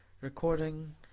Recording